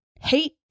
hate